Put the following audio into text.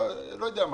לא יודע מה.